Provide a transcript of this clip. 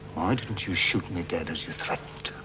why didn't you shoot me dead as you threatened